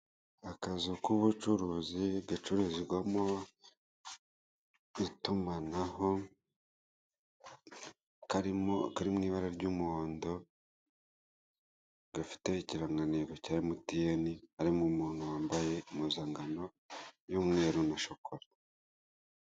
Akazu k'ubucuruzi gacururizwamo itumanaho karimo ibara ry'umuhondo, gafite ikirangantego cya emutiyene harimo umuntu wambaye impuzangano y'umweru na shokora.